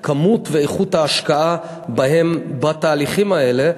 והכמות והאיכות של ההשקעה בהם, בתהליכים האלה.